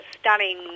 stunning